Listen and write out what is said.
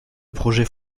projets